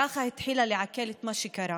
ככה התחילה לעכל את מה שקרה.